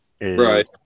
Right